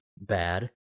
bad